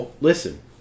Listen